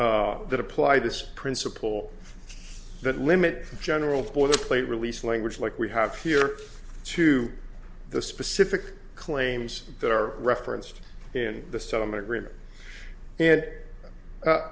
that apply this principle that limit general for the plate release language like we have here to the specific claims that are referenced in the settlement agreement and